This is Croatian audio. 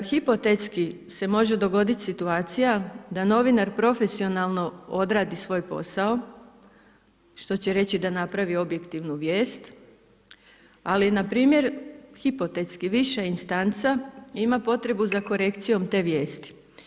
Hipotetski se može dogoditi situacija da novinar profesionalno odradi svoj posao što će reći da napravi objektivnu vijest ali npr. hipotetski viša instanca ima potrebu za korekcijom te vijesti.